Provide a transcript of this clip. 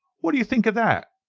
what do you think of that?